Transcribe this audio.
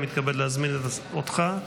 אני מתכבד להזמין אותך.